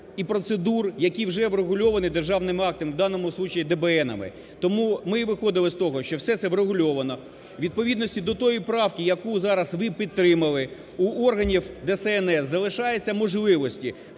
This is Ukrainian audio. і процедур, які вже врегульовані державними актами, в даному случає ДБН. Тому ми виходили з того, що все це врегульовано у відповідності до тої правки, яку зараз ви підтримали в органів ДСНС залишаються можливості